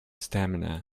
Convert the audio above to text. stamina